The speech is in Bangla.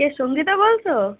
কে সংগীতা বলছো